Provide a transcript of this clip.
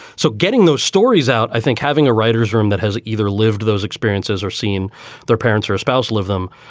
so getting those stories out, i think having a writers room that has either lived those experiences or seen their parents or espousal of them,